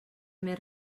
més